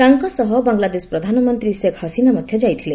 ତାଙ୍କ ସହ ବାଙ୍ଗଲାଦେଶ ପ୍ରଧାନମନ୍ତ୍ରୀ ଶେଖ୍ ହସିନା ମଧ୍ୟ ଯାଇଥିଲେ